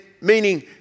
meaning